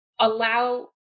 allow